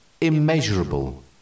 immeasurable